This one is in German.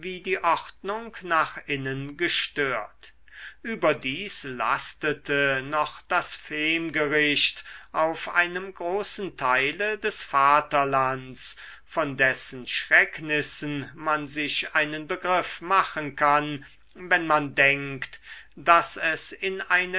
die ordnung nach innen gestört überdies lastete noch das femgericht auf einem großen teile des vaterlands von dessen schrecknissen man sich einen begriff machen kann wenn man denkt daß es in eine